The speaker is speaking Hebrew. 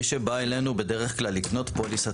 מי שבא אלינו בדרך כלל לקנות פוליסת